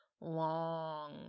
long